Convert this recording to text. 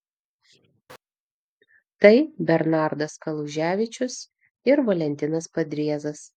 tai bernardas kaluževičius ir valentinas padriezas